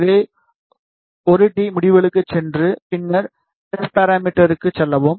எனவே 1 டி முடிவுகளுக்குச் சென்று பின்னர் எஸ் பாராமீட்டருக்கு செல்லவும்